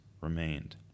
remained